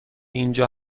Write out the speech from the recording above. اینجا